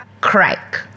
Crack